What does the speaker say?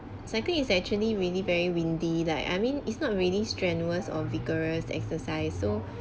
cycling is actually really very windy like I mean it's not really strenuous or vigorous exercise so